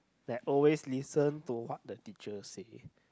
that always listen to what the teacher said